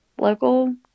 local